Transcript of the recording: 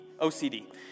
OCD